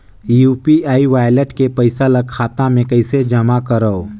UPI wallet के पईसा ल खाता मे कइसे जमा करव?